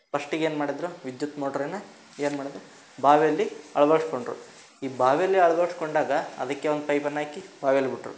ಫಸ್ಟಿಗೆ ಏನು ಮಾಡಿದರು ವಿದ್ಯುತ್ ಮೋಟ್ರನ್ನು ಏನು ಮಾಡೋದು ಬಾವಿಯಲ್ಲಿ ಅಳವಡ್ಸ್ಕೊಂಡ್ರು ಈ ಬಾವಿಯಲ್ಲಿ ಅಳವಡ್ಸ್ಕೊಂಡಾಗ ಅದಕ್ಕೆ ಒಂದು ಪೈಪನ್ನು ಹಾಕಿ ಬಾವಿಯಲ್ಲಿ ಬಿಟ್ಟರು